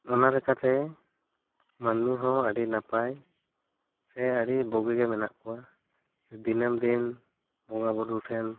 ᱚᱱᱟ ᱞᱮᱠᱟᱛᱮ ᱢᱟᱹᱱᱢᱤ ᱦᱚᱸ ᱟᱹᱰᱤ ᱱᱟᱯᱟᱭ ᱥᱮ ᱟᱹᱰᱤ ᱵᱩᱜᱤ ᱜᱮ ᱢᱮᱱᱟᱜ ᱠᱚᱣᱟ ᱫᱤᱱᱟᱹᱢ ᱫᱤᱱ ᱵᱚᱸᱜᱟ ᱵᱳᱨᱳ ᱴᱷᱮᱱ